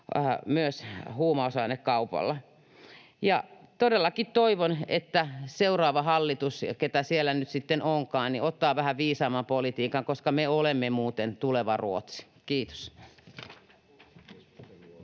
myös huumausainekaupalla. Todellakin toivon, että seuraava hallitus — keitä siellä nyt sitten onkaan — ottaa vähän viisaamman politiikan, koska me olemme muuten tuleva Ruotsi. — Kiitos.